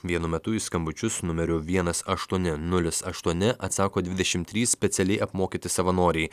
vienu metu į skambučius numeriu vienas aštuoni nulis aštuoni atsako dvidešimt trys specialiai apmokyti savanoriai